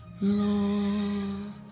Lord